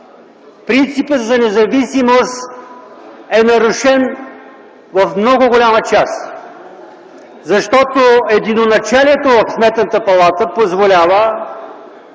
Принципът за независимост е нарушен в много голяма степен, защото единоначалието в Сметната палата позволява